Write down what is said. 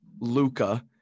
Luca